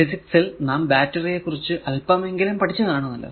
physics ൽ നാം battery യെ കുറിച്ചു അല്പമെങ്കിലും പഠിച്ചു കാണുമല്ലോ